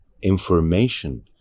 information